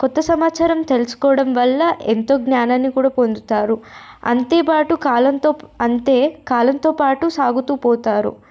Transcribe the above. క్రొత్త సమాచారం తెలుసుకోవడం వల్ల ఎంతో జ్ఞానాన్ని కూడా పొందుతారు అంతేపాాటు కాలంతో అంతే కాలంతో పాటు సాగుతూ పోతారు